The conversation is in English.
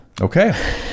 okay